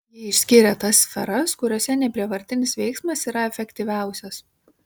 jie išskyrė tas sferas kuriose neprievartinis veiksmas yra efektyviausias